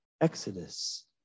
exodus